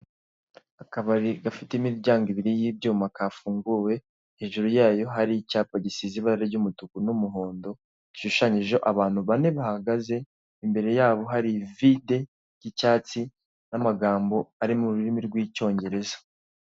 Akabari gafite imiryango ibiri y'ibyuma kafunguwe hejuru yayo hari icyapa gisize ry'umutuku n'umuhondo gishushanyizeho abantu bane bahagaze imbere yaho hari ivide ry'icyatsi n'amagambo ari mu rurimi rw'icyongereza.